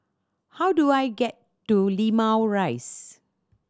how do I get to Limau Rise